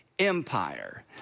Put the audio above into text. empire